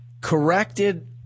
corrected